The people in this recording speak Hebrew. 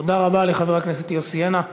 תודה רבה לחבר הכנסת יוסי יונה.